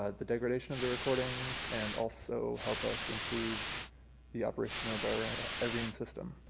ah the degradation of the recordings and also help us improve the operation of our our irene system.